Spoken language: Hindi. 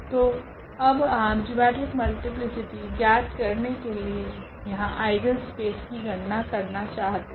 तो अब आप जिओमेट्रिक मल्टीप्लीसिटी ज्ञात करने के लिए यहाँ आइगनस्पेस की गणना करना चाहते है